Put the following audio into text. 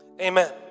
Amen